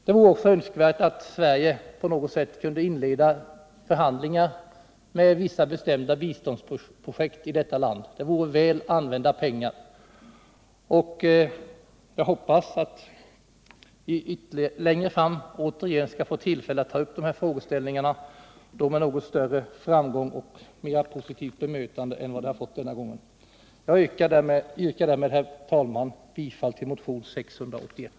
Det vore också önskvärt att Sverige på något sätt kunde inleda förhandlingar om vissa bestämda biståndsprojekt till detta land. Det vore väl använda pengar. Jag hoppas att vi längre fram åter skall få anledning att ta upp de här frågeställningarna, då med något större framgång och mer positivt bemötande än denna gång. Jag yrkar därmed, herr talman, bifall till motionen 681.